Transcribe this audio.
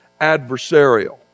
adversarial